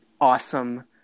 awesome